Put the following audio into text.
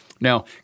Now